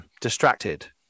distracted